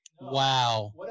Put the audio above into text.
Wow